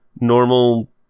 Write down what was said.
normal